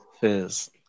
Fizz